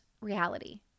reality